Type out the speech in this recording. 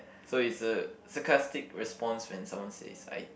so it's a sarcastic response when someone says I think